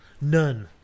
None